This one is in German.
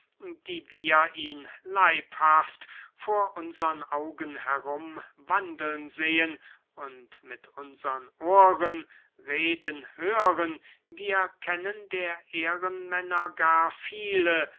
die wir ihn leibhaft vor unsern augen herum wandeln sehen und mit unsern ohren reden hören wir kennen der ehrenmänner gar viele